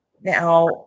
now